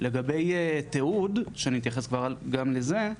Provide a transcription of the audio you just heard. לגבי תיעוד שאני אתייחס כבר גם לזה,